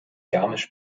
garmisch